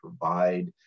provide